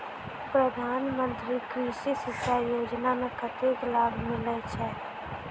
प्रधान मंत्री कृषि सिंचाई योजना मे कतेक लाभ मिलय छै?